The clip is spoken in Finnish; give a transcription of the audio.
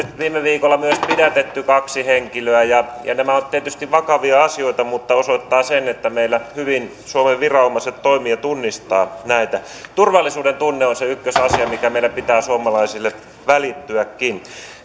viime viikolla myös pidätetty kaksi henkilöä ja ja nämä ovat tietysti vakavia asioita mutta tämä osoittaa sen että meillä hyvin suomen viranomaiset toimivat ja tunnistavat näitä turvallisuudentunne on se ykkösasia minkä meillä pitää suomalaisille välittyäkin